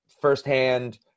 firsthand